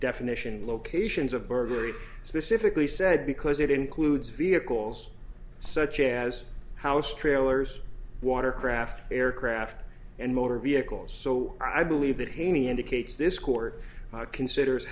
definition locations of burglary specifically said because it includes vehicles such as house trailers watercraft aircraft and motor vehicles so i believe that haney indicates this court considers